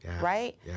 right